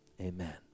amen